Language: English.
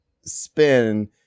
spin